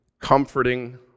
comforting